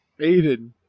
Aiden